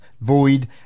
void